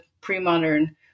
pre-modern